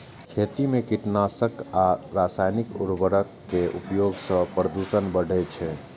खेती मे कीटनाशक आ रासायनिक उर्वरक के उपयोग सं प्रदूषण बढ़ै छै